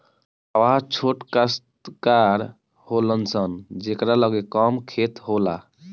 हरवाह छोट कास्तकार होलन सन जेकरा लगे कम खेत होला